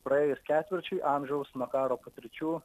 praėjus ketvirčiui amžiaus nuo karo patirčių